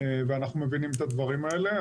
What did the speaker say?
ואנחנו מבינים את הדברים האלה.